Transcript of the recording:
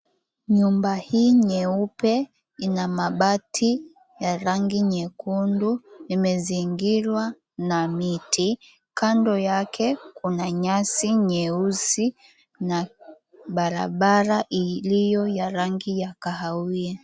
Nyumba hii nyeupe ina mabati ya rangi nyekundu, imezingirwa na miti na kando yake kuna nyasi nyeusi na barabara iliyo rangi ya kahawia.